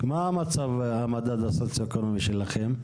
מה המדד הסוציו-אקונומי שלכם?